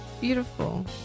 beautiful